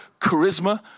charisma